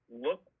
look